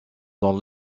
dans